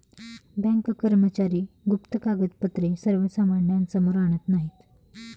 bank कर्मचारी गुप्त कागदपत्रे सर्वसामान्यांसमोर आणत नाहीत